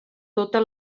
tota